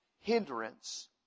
hindrance